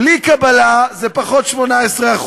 בלי קבלה זה פחות 18%,